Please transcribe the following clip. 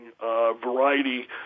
variety